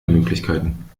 möglichkeiten